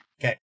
Okay